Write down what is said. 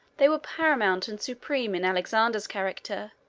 they were paramount and supreme in alexander's character,